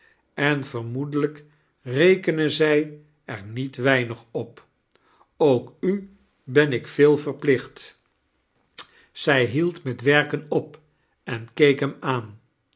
en vermoedelijk rekenen zij er niet weinig op ook u ben ik veel verplioht zij hield met werken op en keek hem aan